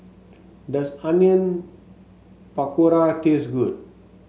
does Onion Pakora taste good